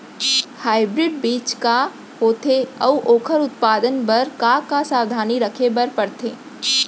Hybrid बीज का होथे अऊ ओखर उत्पादन बर का का सावधानी रखे बर परथे?